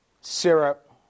syrup